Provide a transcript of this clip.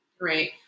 right